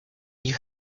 you